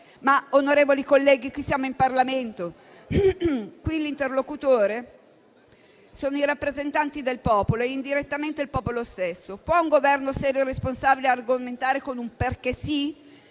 sì. Onorevoli colleghi, qui siamo in Parlamento, qui l'interlocutore sono i rappresentanti del popolo e, indirettamente, il popolo stesso. Può un Governo serio e responsabile argomentare con un «perché sì»?